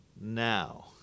now